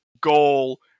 goal